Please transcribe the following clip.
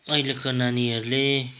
अहिलेका नानीहरूले